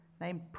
named